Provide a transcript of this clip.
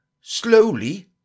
Slowly